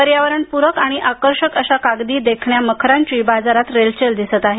पर्यावरणप्रक आणि आकर्षक अशा कागदी देखण्या मखरांची बाजारात रेलचेल दिसत आहे